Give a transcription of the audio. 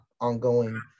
ongoing